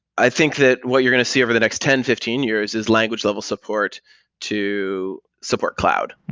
i think that what you're going to see over the next ten, fifteen years is language level support to support cloud,